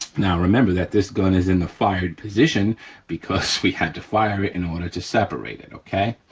now remember that this gun is in the fired position because we had to fire it in order to separate it, okay?